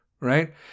right